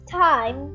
time